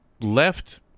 left